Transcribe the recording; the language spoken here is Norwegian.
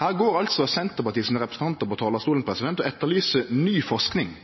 Her går altså representantar frå Senterpartiet på talarstolen og etterlyser ny forsking